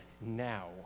now